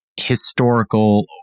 historical